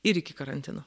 ir iki karantino